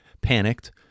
panicked